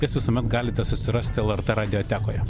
jas visuomet galite susirasti lrt radiotekoje